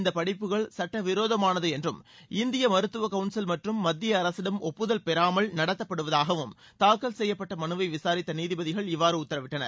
இந்தப் படிப்புகள் சட்டவிரோதமானது என்றும் இந்திய மருத்துவ கவுன்சில் மற்றும் மத்திய அரசிடம் ஒப்புதல் பெறாமல் நடத்தப்படுவதாகவும் தாக்கல் செய்யப்பட்ட மனுவை விசூரித்த நீதிபதிகள் இவ்வாறு உத்தரவிட்டனர்